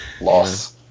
loss